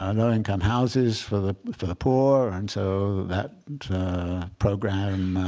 um low-income houses for the for the poor. and so that program,